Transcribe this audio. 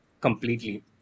completely